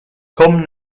come